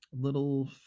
Little